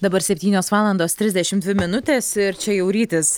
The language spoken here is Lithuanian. dabar septynios valandos trisdešimt dvi minutės ir čia jau rytis